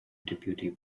deputy